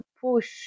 push